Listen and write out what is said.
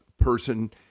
person